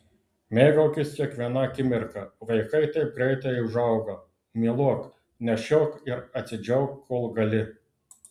mėgaukis kiekviena akimirka vaikai taip greitai užauga myluok nešiok ir atsidžiauk kol gali